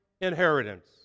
inheritance